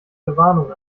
verwarnung